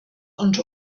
und